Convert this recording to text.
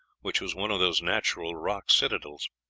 which was one of those natural rock citadels.